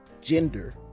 gender